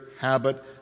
habit